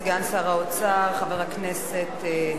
סגן שר האוצר, חבר הכנסת יצחק כהן.